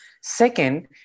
second